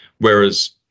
whereas